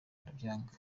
arabyanga